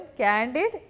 candid